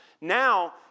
Now